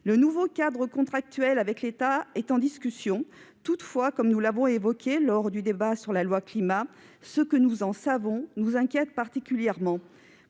Un nouveau cadre contractuel avec l'État est en discussion. Toutefois, comme nous l'avons évoqué lors des débats sur le projet de loi Climat, ce que nous en savons nous inquiète particulièrement.